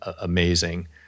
amazing